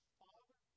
father